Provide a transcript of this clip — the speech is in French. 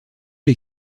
les